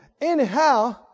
anyhow